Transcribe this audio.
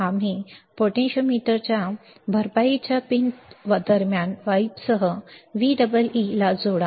आणि पोटेंशियोमीटरला भरपाईच्या पिन दरम्यान वाइपरसह VEE ला जोडा